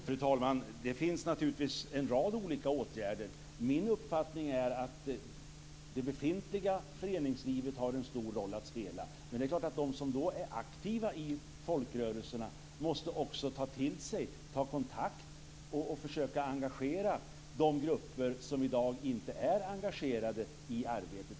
Fru talman! Det finns naturligtvis en rad olika åtgärder. Min uppfattning är att det befintliga föreningslivet har en stor roll att spela. De som då är aktiva i folkrörelserna måste ta kontakt och försöka engagera de grupper som i dag inte är engagerade i arbetet.